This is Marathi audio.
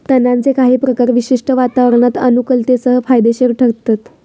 तणांचे काही प्रकार विशिष्ट वातावरणात अनुकुलतेसह फायदेशिर ठरतत